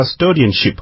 custodianship